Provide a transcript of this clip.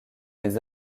les